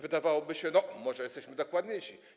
Wydawałoby się, że może jesteśmy dokładniejsi.